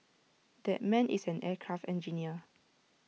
that man is an aircraft engineer